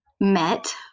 met